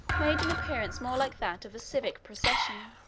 made an appearance more like that of a civic procession,